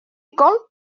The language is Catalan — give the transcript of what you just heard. col